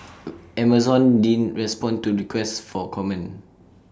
Amazon didn't respond to requests for comment